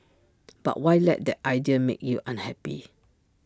but why let that idea make you unhappy